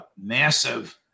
massive